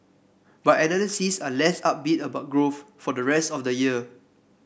but analysts are less upbeat about growth for the rest of the year